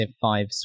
five